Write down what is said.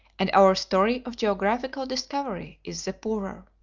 and our story of geographical discovery is the poorer.